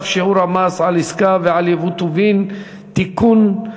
(שיעור המס על עסקה ועל ייבוא טובין) (תיקון),